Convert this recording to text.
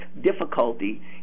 difficulty